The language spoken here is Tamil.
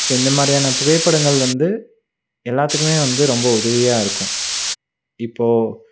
சரி இந்த மாதிரியான புகைப்படங்கள் வந்து எல்லாத்துக்குமே வந்து ரொம்ப உதவியாக இருக்கும் இப்போ